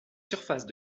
surfaces